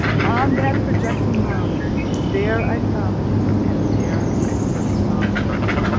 on that projecting mound there i fell and there i first saw willoughby.